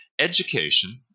Education